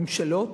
ממשלות,